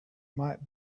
might